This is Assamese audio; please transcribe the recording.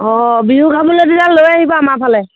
অঁ বিহু খাবলৈ তেতিয়া লৈ আহিবা আমাৰ ফালে